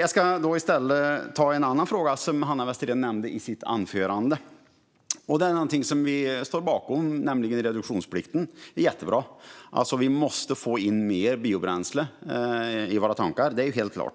Jag ska ställa en annan fråga angående något som Hanna Westerén nämnde i sitt anförande. Det är någonting som vi står bakom, nämligen reduktionsplikten. Det är jättebra, för det är helt klart att vi måste få in mer biobränsle i våra tankar.